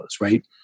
right